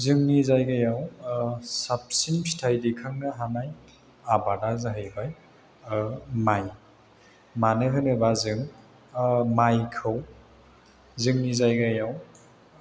जोंनि जायगायाव साबसिन फिथाइ दैखांनो हानाय आबादा जाहैबाय माय मानो होनोबा जों मायखौ जोंनि जायगायाव